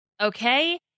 Okay